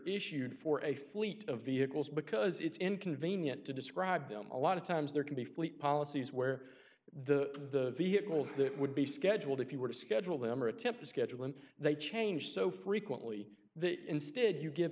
issued for a fleet of vehicles because it's inconvenient to describe them a lot of times there can be fleet policies where the vehicles that would be scheduled if you were to schedule them or attempt to schedule and they change so frequently that instead you give